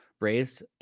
raised